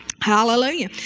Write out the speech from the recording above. Hallelujah